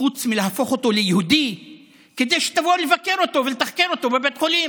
חוץ מלהפוך אותו ליהודי כדי שתבוא לבקר אותו ולתחקר אותו בבית החולים?